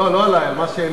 לא, לא עלי, על מה שהעליתי.